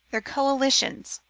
their coalitions,